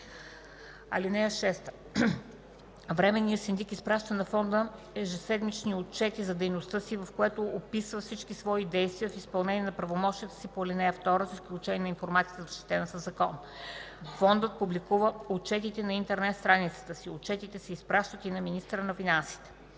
(6) Временният синдик изпраща на фонда ежеседмични отчети за дейността си, в които описва всички свои действия в изпълнение на правомощията си по ал. 2, с изключение на информацията, защитена със закон. Фондът публикува отчетите на интернет страницата си. Отчетите се изпращат и на министъра на финансите.”